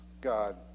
God